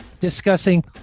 discussing